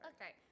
Okay